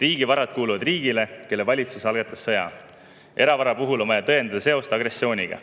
Riigivarad kuuluvad riigile, kelle valitsus algatas sõja, aga eravara puhul on vaja tõendada seost agressiooniga.